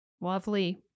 lovely